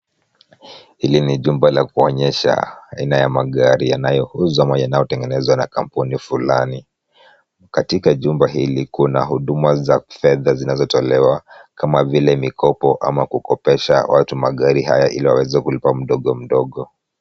Hili ni jumba la kuonyesha aina ya magari yanayouzwa au yanatengenezwa na kampuni fulani. Katika jumba hili kuna huduma za fedha zinazotolewa kama vile mikopo ama kukopesha watu magari haya ili waweze kulipa mdogo mdogo.